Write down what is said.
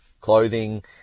clothing